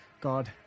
God